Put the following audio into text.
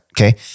Okay